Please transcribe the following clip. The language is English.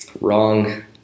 Wrong